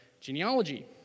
genealogy